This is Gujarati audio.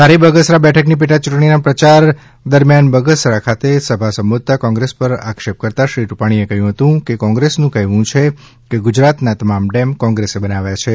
ધારી બગસરા બેઠકની પેટા યુંટણી ના પ્રચાર દરમ્યાન બગસરા ખાતે સભા સંબોધતા કોંગ્રેસ પર આક્ષેપ કરતાં શ્રી રૂપાણીએ કહ્યું હતુ કોંગ્રેસનું કહેવું છે કે ગુજરાતના તમામ ડેમ કોંગ્રેસે બનાવ્યા છે